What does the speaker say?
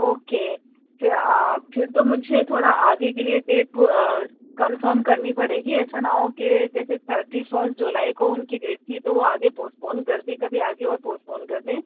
okay پھر پھر تو مجھے تھوڑا آگے کے لیے ڈیٹ وہ کنفرم کرنی پڑے گی ایسا نہ ہو کہ جیسے تھرٹی فسٹ جولائی کو ان کی ڈیٹ تھی تو وہ آگے پوسٹپون کر دی کبھی آگے اور پوسٹپون کر دیں